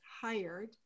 hired